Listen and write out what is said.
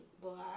black